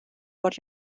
what